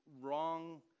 wrong